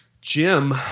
Jim